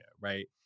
right